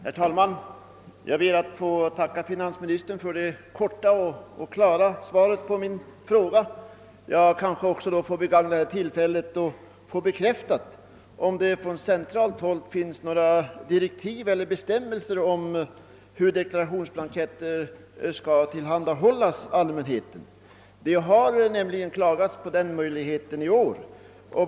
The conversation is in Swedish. Herr talman! Jag ber att få tacka finansministern för det korta och klara svaret på min fråga. Jag kanske får begagna tillfället att begära en bekräftelse av om det från centralt håll utfärdats några direktiv eller andra bestämmelser för hur dekla rationsblanketter skall tillhandahållas allmänheten. Det har nämligen framförts klagomål därvidlag i år.